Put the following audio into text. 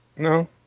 No